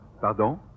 Pardon